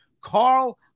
Carl